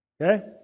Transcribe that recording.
Okay